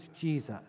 Jesus